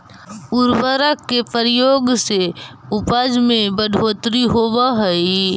उर्वरक के प्रयोग से उपज में बढ़ोत्तरी होवऽ हई